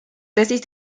tesis